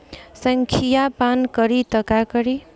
संखिया पान करी त का करी?